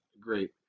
great